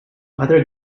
other